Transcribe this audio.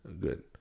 Good